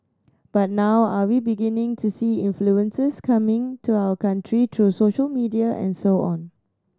but now are we beginning to see influences coming to our country through social media and so on